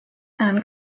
and